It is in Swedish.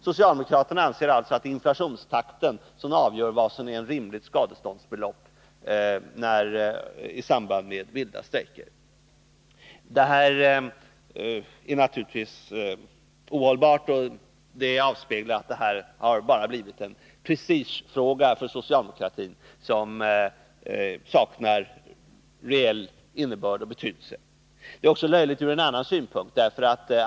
Socialdemokraterna anser alltså att det är inflationstakten som avgör vad som är ett rimligt skadeståndsbelopp i samband med vilda strejker. Detta är naturligtvis ohållbart, och det visar att förslaget bara blivit en prestigefråga för socialdemokratin, en fråga som saknar reell innebörd och betydelse. Förslaget är också löjligt ur en annan synpunkt.